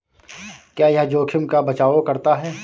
क्या यह जोखिम का बचाओ करता है?